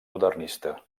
modernista